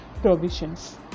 provisions